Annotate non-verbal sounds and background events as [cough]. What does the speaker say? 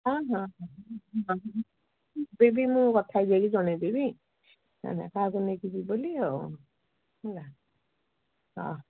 ହଁ ହଁ [unintelligible] ଏବେ ବି ମୁଁ କଥା ହେଇକି ଜଣାଇ ଦେବି ହେଲା କାହାକୁ ନେଇକି ଯିବି ବୋଲି ଆଉ ହେଲା ହଁ